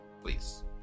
please